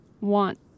want